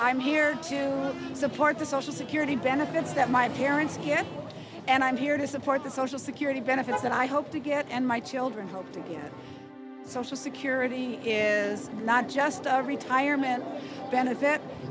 i'm here to support the social security benefits that my parents can't and i'm here to support the social security benefits that i hope to get and my children hope to get social security is not just our retirement benefit